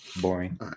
boring